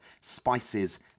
spices